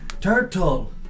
Turtle